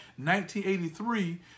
1983